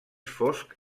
fosc